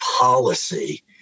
policy